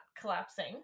collapsing